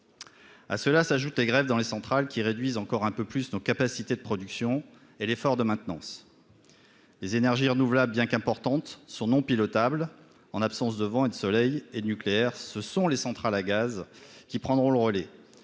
à cela s'ajoutent les grèves dans les centrales qui réduisent encore un peu plus nos capacités de production et l'effort de maintenance, les énergies renouvelables, bien qu'importantes, son nom pilotable en absence de vent et le soleil et nucléaire, ce sont les centrales à gaz qui prendront le relais,